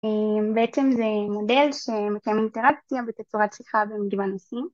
בעצם זה מודל שמקיים אינטראציה בתצורת צריכה במגוון נושאים